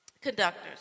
conductors